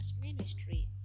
Ministry